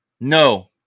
no